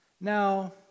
Now